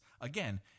Again